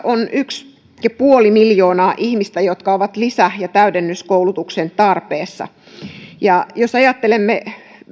on yksi pilkku viisi miljoonaa ihmistä jotka ovat lisä ja täydennyskoulutuksen tarpeessa jos ajattelemme